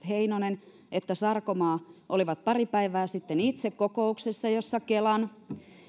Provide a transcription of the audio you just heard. heinonen että edustaja sarkomaa olivat pari päivää sitten itse kokouksessa jossa kelan